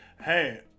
hey